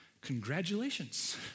congratulations